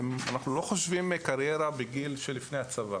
אנחנו לא חושבים קריירה בגיל של לפני הצבא